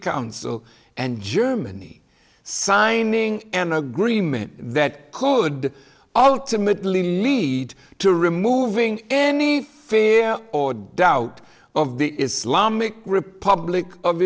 council and germany signing an agreement that could ultimately lead to removing any fear or doubt of the islamic republic of